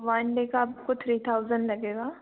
one day का आपको three thousand लगेगा